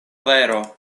vero